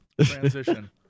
Transition